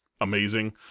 amazing